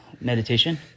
Meditation